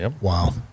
Wow